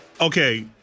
okay